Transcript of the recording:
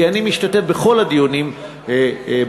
כי אני משתתף בכל הדיונים באוצר.